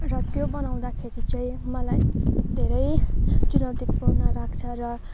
र त्यो बनाउँदाखेरि चाहिँ मलाई धेरै चुनौतीपूर्ण लाग्छ र